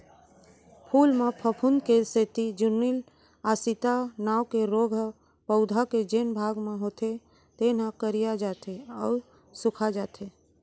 फूल म फफूंद के सेती चूर्निल आसिता नांव के रोग ह पउधा के जेन भाग म होथे तेन ह करिया जाथे अउ सूखाजाथे